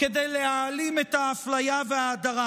כדי להעלים את האפליה וההדרה?